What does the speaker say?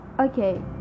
okay